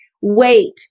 wait